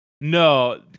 No